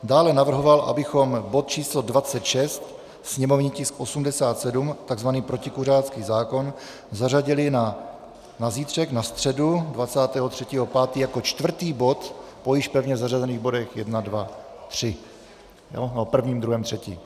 Dále navrhoval, abychom bod číslo 26, sněmovní tisk 87, tzv. protikuřácký zákon, zařadili na zítřek, na středu 23. 5., jako čtvrtý bod po již pevně zařazených bodech 1, 2, 3, po prvním, druhém, třetím.